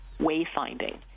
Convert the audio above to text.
wayfinding